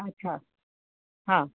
अच्छा हा